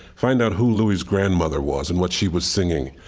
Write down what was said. find out who louis' grandmother was and what she was singing.